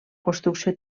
construcció